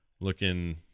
looking